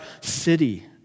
city